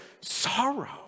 sorrow